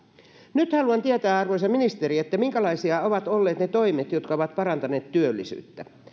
nyt haluan tietää arvoisa ministeri minkälaisia ovat olleet ne toimet jotka ovat parantaneet työllisyyttä